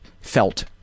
felt